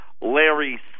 Larry